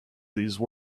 these